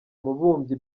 mubumbyi